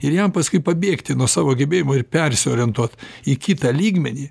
ir jam paskui pabėgti nuo savo gebėjimų ir persiorientuot į kitą lygmenį